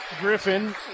Griffin